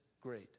great